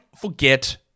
forget